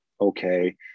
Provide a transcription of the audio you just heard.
okay